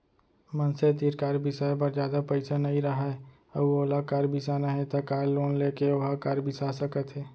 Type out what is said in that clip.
मनसे तीर कार बिसाए बर जादा पइसा नइ राहय अउ ओला कार बिसाना हे त कार लोन लेके ओहा कार बिसा सकत हे